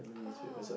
ah